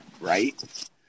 right